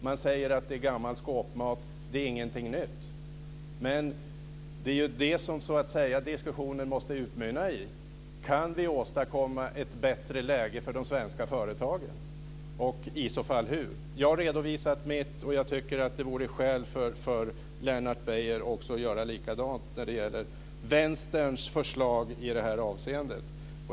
Man säger att det är gammal skåpmat och ingenting nytt. Men det är det som diskussionen måste utmynna i. Kan vi åstadkomma ett bättre läge för de svenska företagen och i så fall hur? Jag har redovisat mitt förslag, och jag tycker att det finns skäl för Lennart Beijer att göra likadant när det gäller Vänsterns förslag i det här avseendet.